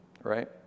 right